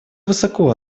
высоко